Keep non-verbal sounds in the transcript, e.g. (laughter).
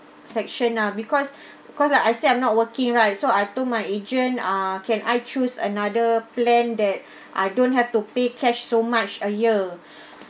section ah because (breath) because like I said I'm not working right so I told my agent ah can I choose another plan that (breath) I don't have to pay cash so much a year